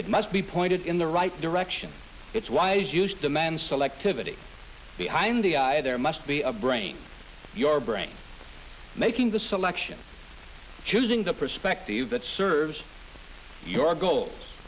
it must be pointed in the right direction it's wise use demand selectivity the eye in the eye there must be a brain your brain making the selection choosing the perspective that serves your goals